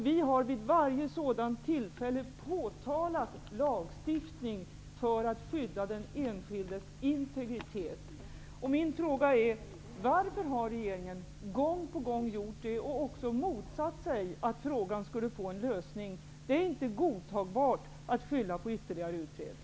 Vi har vid varje sådant tillfälle påtalat lagstiftning för att skydda den enskildes integritet. Min fråga är: Varför har regeringen gång på gång gjort detta och även motsatt sig att frågan skulle få en lösning? Det är inte godtagbart att skylla på ytterligare utredning.